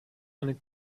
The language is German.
eine